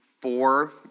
four